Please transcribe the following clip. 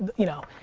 you know.